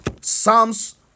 Psalms